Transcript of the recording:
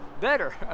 better